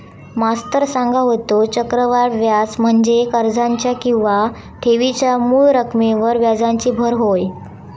मास्तर सांगा होतो, चक्रवाढ व्याज म्हणजे कर्जाच्या किंवा ठेवीच्या मूळ रकमेवर व्याजाची भर होय